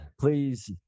please